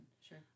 sure